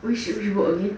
which which book again